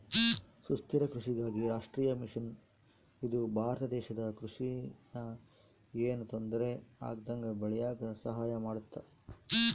ಸುಸ್ಥಿರ ಕೃಷಿಗಾಗಿ ರಾಷ್ಟ್ರೀಯ ಮಿಷನ್ ಇದು ಭಾರತ ದೇಶದ ಕೃಷಿ ನ ಯೆನು ತೊಂದರೆ ಆಗ್ದಂಗ ಬೇಳಿಯಾಕ ಸಹಾಯ ಮಾಡುತ್ತ